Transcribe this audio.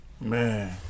Man